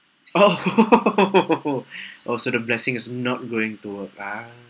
orh oh so the blessing is not going to work lah